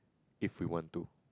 if we want to